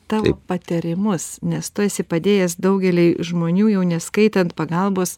tavo patarimus nes tu esi padėjęs daugeliui žmonių jau neskaitant pagalbos